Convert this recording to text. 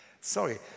Sorry